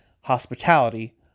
hospitality